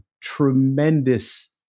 tremendous